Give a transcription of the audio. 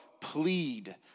plead